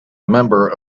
member